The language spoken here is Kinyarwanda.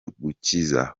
gukiza